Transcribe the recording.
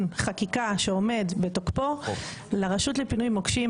חקיקה שעומד בתוקפו לרשות לפינוי מוקשים,